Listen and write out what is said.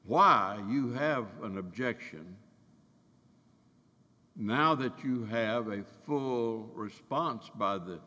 why you have an objection now that you have a full response by the